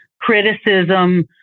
criticism